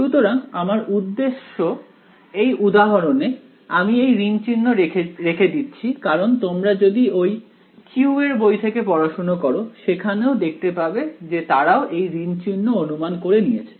সুতরাং আমার উদ্দেশ্য এই উদাহরণে আমি এই ঋণ চিহ্ন রেখে দিচ্ছি কারণ তোমরা যদি ওই চিউ এর বই থেকে পড়াশোনা করো সেখানেও দেখতে পাবে যে তারাও এই ঋণ চিহ্ন অনুমান করে নিয়েছে